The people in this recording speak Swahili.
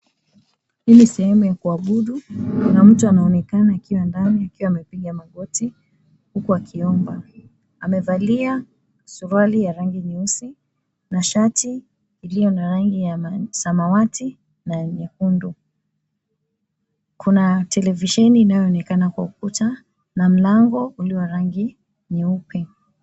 Hii ni sehemu ya kuabudu na kuna mtu anaonekana akiwa ndani akiwa amepiga magoti huku akiomba. Amevalia suruali ya rangi nyeusi na shati iliyo na rangi ya samawati na nyekundu. Kuna televisheni inayo onekana kwa ukuta na mlango ulio rangi nyeupe.